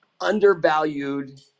undervalued